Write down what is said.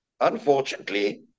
Unfortunately